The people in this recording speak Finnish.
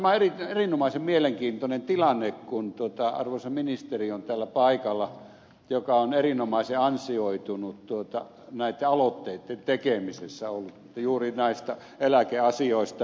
tämä on erinomaisen mielenkiintoinen tilanne kun täällä on paikalla arvoisa ministeri joka on ollut erinomaisen ansioitunut näitten aloitteitten tekemisessä juuri näistä eläkeasioista